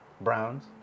Browns